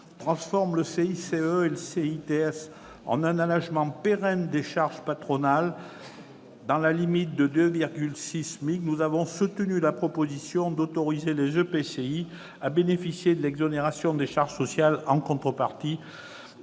taxe sur les salaires, le CITS, en un allégement pérenne des charges patronales, dans la limite de 2,6 SMIC. Nous avons soutenu la proposition d'autoriser les EPCI à bénéficier de l'exonération des charges sociales en contrepartie